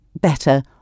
better